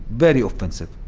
very offensive.